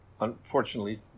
unfortunately